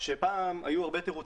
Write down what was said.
שפעם היו הרבה תירוצים.